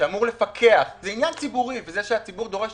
וזה שהציבור דורש